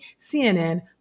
CNN